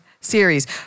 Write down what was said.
series